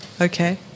Okay